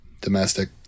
Domestic